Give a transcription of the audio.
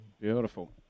Beautiful